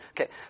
Okay